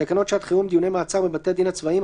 (4)תקנות שעת חירום (דיוני מעצר בבתי הדין הצבאיים),